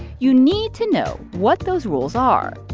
you need to know what those rules are.